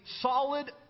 solid